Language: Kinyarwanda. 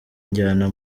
injyana